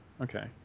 Okay